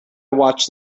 watched